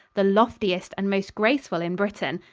the loftiest and most graceful in britain,